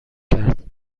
کرد